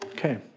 Okay